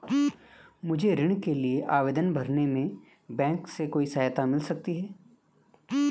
मुझे ऋण के लिए आवेदन भरने में बैंक से कोई सहायता मिल सकती है?